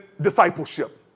discipleship